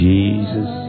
Jesus